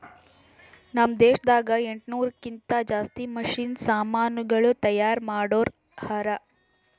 ನಾಮ್ ದೇಶದಾಗ ಎಂಟನೂರಕ್ಕಿಂತಾ ಜಾಸ್ತಿ ಮಷೀನ್ ಸಮಾನುಗಳು ತೈಯಾರ್ ಮಾಡೋರ್ ಹರಾ